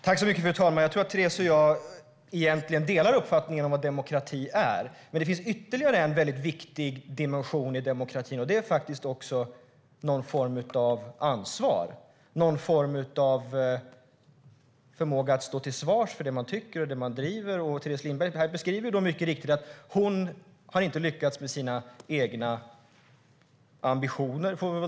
Fru talman! Jag tror att Teres Lindberg och jag egentligen delar uppfattning om vad demokrati är. Det finns dock ytterligare en väldigt viktig dimension i demokratin: någon form av ansvar och förmåga att stå till svars för det man tycker och de frågor man driver. Teres Lindberg säger helt riktigt att hon inte har lyckats med sina egna ambitioner.